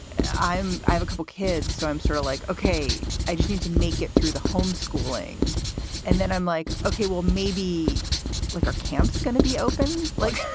i have a couple kids, so i'm sort of like, okay, i just need to make it through the home schooling and then i'm like, okay, well, maybe like our camp's going to be open like